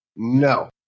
No